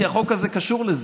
כי החוק הזה קשור לזה.